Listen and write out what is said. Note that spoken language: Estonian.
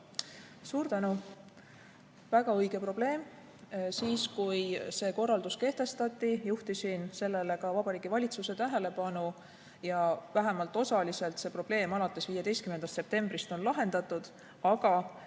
Suur tänu, väga õige probleem! Kui see korraldus kehtestati, siis juhtisin sellele ka Vabariigi Valitsuse tähelepanu ja vähemalt osaliselt on see probleem alates 15. septembrist lahendatud. Aga